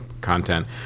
content